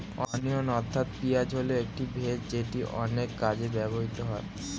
onion অর্থাৎ পেঁয়াজ হল একটি ভেষজ যেটি অনেক কাজে ব্যবহৃত হয়